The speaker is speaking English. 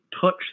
touch